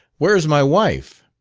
where is my wife?